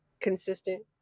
consistent